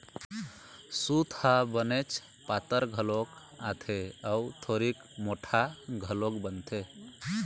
सूत ह बनेच पातर घलोक आथे अउ थोरिक मोठ्ठा घलोक बनथे